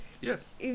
Yes